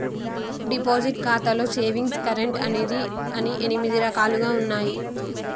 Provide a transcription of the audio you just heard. deposit ఖాతాలో savings current అని ఎనిమిది రకాలుగా ఉన్నయి